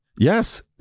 Yes